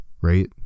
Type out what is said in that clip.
right